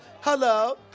hello